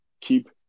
keep